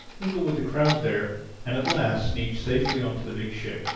mingled with the crowd there and at last sneaked safely on to the big ship.